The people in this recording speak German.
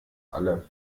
alle